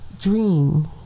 dream